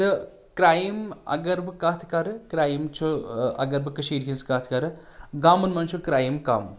تہٕ کرایم اگر بہٕ کتھ کرٕ کرایم چھُ اگر بہٕ کٔشیٖرِ ہِنٛز کتھ کرٕ گامَن منٛز چھُ کرایم کم